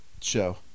show